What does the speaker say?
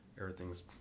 everything's